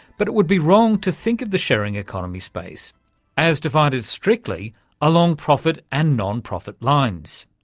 but it would be wrong to think of the sharing economy space as divided strictly along profit and non-profit lines.